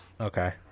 Okay